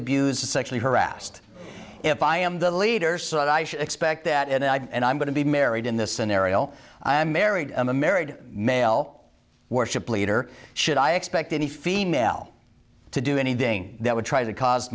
abused sexually harassed if i am the leader so i expect that and i'm going to be married in this scenario i married a married male worship leader should i expect any female to do anything that would try to cause